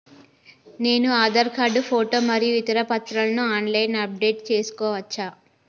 నేను Aadhaar card photo మరియు ఇతర పత్రాలను ఆన్ లైన్ అప్ డెట్ చేసుకోవచ్చా?